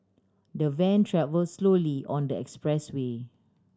the van travel slowly on the expressway